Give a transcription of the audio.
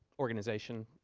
organization,